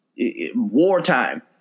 wartime